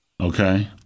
Okay